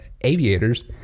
aviators